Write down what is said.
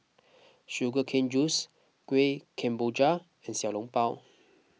Sugar Cane Juice Kueh Kemboja and Xiao Long Bao